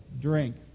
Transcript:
drink